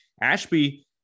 Ashby